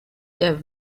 der